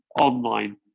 online